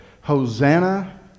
Hosanna